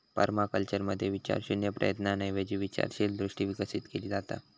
पर्माकल्चरमध्ये विचारशून्य प्रयत्नांऐवजी विचारशील दृष्टी विकसित केली जाता